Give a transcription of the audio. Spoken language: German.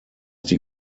die